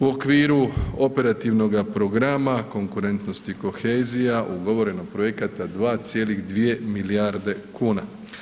U okviru operativnoga programa konkurentnosti i kohezija ugovoreno projekata 2,2 milijarde kuna.